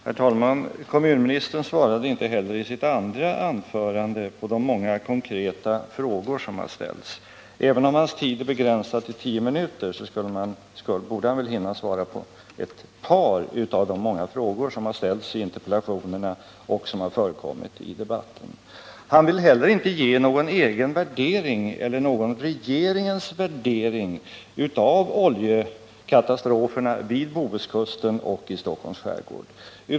Herr talman! Kommunministern svarade inte heller i sitt andra anförande på de många konkreta frågor som har ställts. Även om hans tid är begränsad till tio minuter borde han hinna svara på ett par av de många frågor som har ställts i interpellationerna och i debatten. Han vill inte heller göra någon egen värdering eller ge oss någon regeringens värdering av oljekatastroferna vid Bohuskusten och i Stockholms skärgård.